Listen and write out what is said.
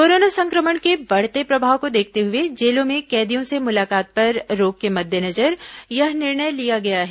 corona संक्रमण के बढ़ते प्रभाव को देखते हुए जेलों में कैदियों से मुलाकात पर रोक के मद्देनजर यह निर्णय लिया गया है